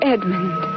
Edmund